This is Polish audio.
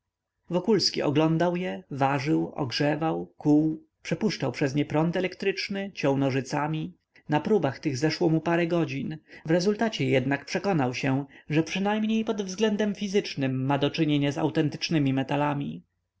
wokulski oglądał je ważył ogrzewał kuł przepuszczał przez nie prąd elektryczny ciął nożycami na próbach tych zeszło mu parę godzin w rezultacie jednak przekonał się że przynajmniej pod względem fizycznym ma do czynienia z autentycznemi metalami